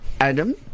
Adam